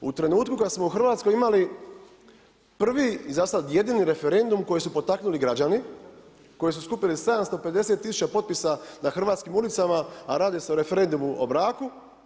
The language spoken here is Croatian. U trenutku kad smo u Hrvatskoj imali prvi i za sad jedini referendum koji su potaknuli građani koji su skupili 750 000 potpisa na hrvatskim ulicama, a radi se o referendumu o braku.